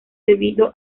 debido